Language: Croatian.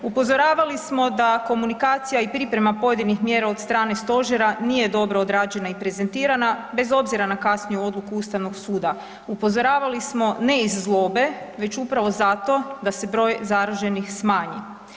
Upozoravali smo da komunikacija i priprema pojedinih mjera od strane stožera nije dobro odrađena i prezentirana bez obzira na kasniju odluku ustavnog suda, upozoravali smo ne iz zlobe već upravo zato da se broj zaraženih smanji.